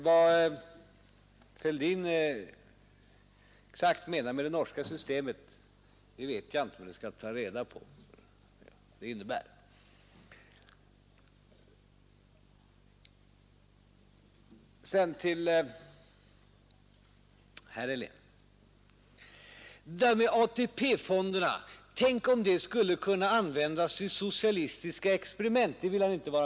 Vad herr Fälldin exakt menade med det norska systemet vet jag inte, men jag skall ta reda på vad det innebär. Herr Helén vill inte vara med om att AP-fonderna skulle användas till socialistiska experiment.